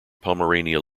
pomerania